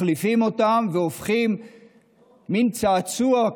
מחליפים אותם והופכים אותם מצעצוע,